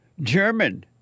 German